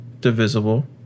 divisible